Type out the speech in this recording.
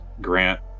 Grant